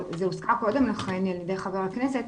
זה הוזכר קודם לכן על ידי חברי הכנסת,